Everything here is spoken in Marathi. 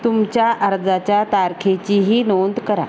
तुमच्या अर्जाच्या तारखेचीही नोंद करा